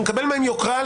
יוקרה,